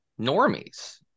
normies